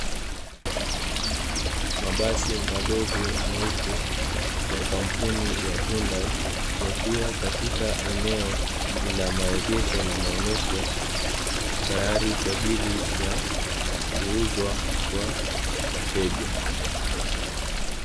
Mabasi madogo meupe ya kampuni ya “Hyundai” yakiwa katika eneo la maegesho na maonyesho tayari kwa ajili ya kuuzwa kwa wateja.